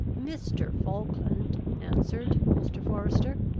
mr. falkland, answered mr. forester,